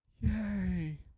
Yay